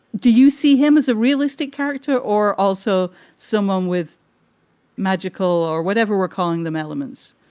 do you see him as a realistic character or also someone with magical or whatever? we're calling them elements,